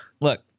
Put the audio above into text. Look